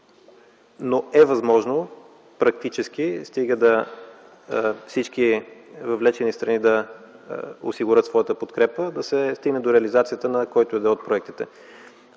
е възможно, стига всички въвлечени страни да осигурят своята подкрепа, да се стигне до реализацията на който и да е от проектите.